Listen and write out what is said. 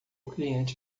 cliente